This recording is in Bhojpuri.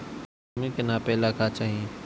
भूमि के नापेला का चाही?